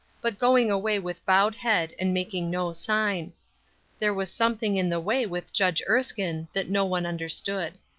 but going away with bowed head, and making no sign there was something in the way with judge erskine that no one understood.